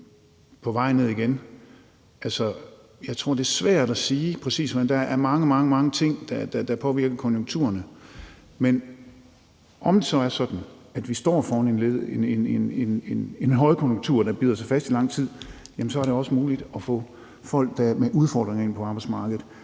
på vej ned igen. Altså, jeg tror, det er svært at sige, præcis hvordan det er. Der er mange, mange ting, der påvirker konjunkturerne. Men om det så er sådan, at vi står foran en højkonjunktur, der bider sig fast i lang tid, jamen så er det også muligt at få folk med udfordringer ind på arbejdsmarkedet,